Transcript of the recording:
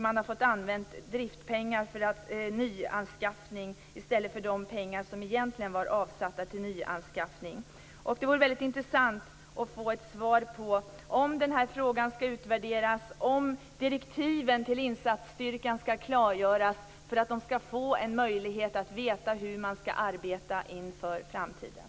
Man har fått använda driftspengar för nyanskaffning i stället för de pengar som egentligen var avsatta till detta. Det vore väldigt intressant att få ett svar på om den här frågan skall utvärderas och på om direktiven till insatsstyrkan skall klargöras så att de kan få en möjlighet veta hur de skall arbeta inför framtiden.